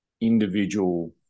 individual